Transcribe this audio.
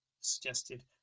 suggested